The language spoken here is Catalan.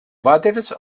vàters